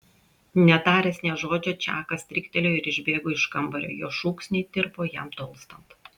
netaręs nė žodžio čakas stryktelėjo ir išbėgo iš kambario jo šūksniai tirpo jam tolstant